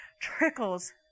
trickles